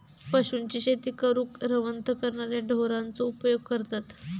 पशूंची शेती करूक रवंथ करणाऱ्या ढोरांचो उपयोग करतत